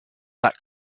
that